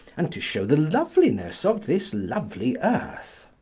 and to show the loveliness of this lovely earth.